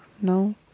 No